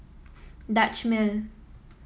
Dutch Mill